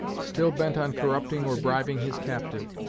still bent on corrupting or bribing his captive,